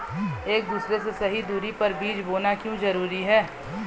एक दूसरे से सही दूरी पर बीज बोना क्यों जरूरी है?